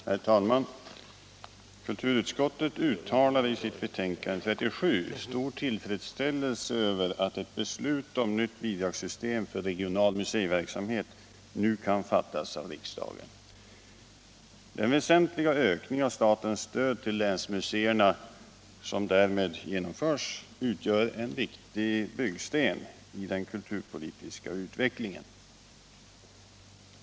Herr talman! Kulturutskottet uttalar i sitt betänkande nr 37 stor tillfredsställelse över att ett beslut om nytt bidragssystem för regional museiverksamhet nu kan fattas av riksdagen. Den väsentliga ökning av statens stöd till länsmuseerna som därmed genomförs utgör en viktig byggsten i den kulturpolitiska utvecklingen.